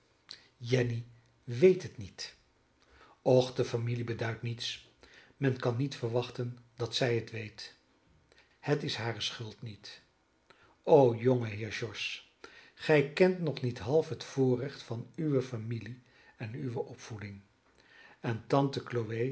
jenny weet het niet och de familie beduidt niets men kan niet verwachten dat zij het weet het is hare schuld niet o jongeheer george gij kent nog niet half het voorrecht van uwe familie en uwe opvoeding en tante